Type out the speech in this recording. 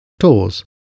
tours